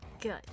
Good